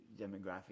demographic